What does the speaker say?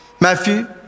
Matthew